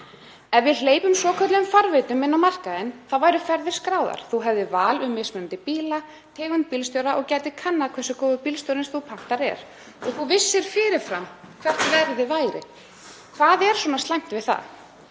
Ef við hleypum svokölluðum farveitum inn á markaðinn þá væru ferðir skráðar. Fólk hefði val um mismunandi bíla, tegund bílstjóra og gæti kannað hversu góður bílstjórinn sem það pantar er og vissi fyrir fram hvert verðið væri. Hvað er slæmt við það?